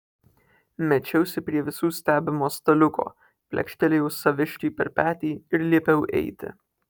mečiausi prie visų stebimo staliuko plekštelėjau saviškiui per petį ir liepiau eiti